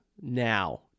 now